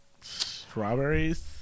Strawberries